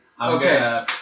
Okay